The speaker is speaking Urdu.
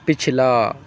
پچھلا